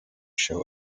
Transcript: show